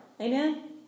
Amen